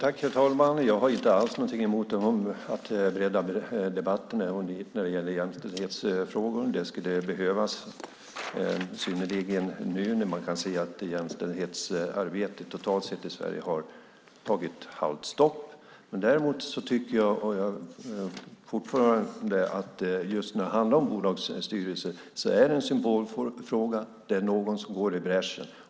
Herr talman! Jag har inte alls någonting emot att bredda debatten när det gäller jämställdhetsfrågorna om det skulle behövas, synnerligen nu när man kan se att jämställdhetsarbetet totalt sett i Sverige har tagit halvt stopp. Däremot tycker jag fortfarande att när det handlar om just bolagsstyrelser är det en symbolfråga där någon ska gå i bräschen.